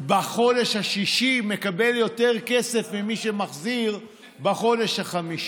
בחודש השישי מקבל יותר כסף ממי שמחזיר בחודש החמישי?